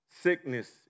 sickness